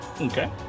Okay